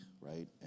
right